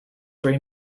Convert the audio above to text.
three